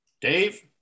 Dave